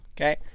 okay